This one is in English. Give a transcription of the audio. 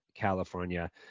California